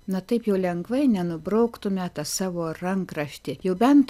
na taip jau lengvai nenubrauktume tą savo rankraštį jau bent